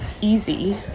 easy